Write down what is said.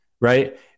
right